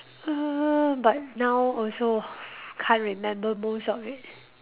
uh but now also can't remember most of it